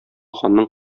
ханның